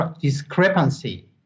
discrepancy